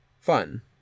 fun